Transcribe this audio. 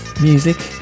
music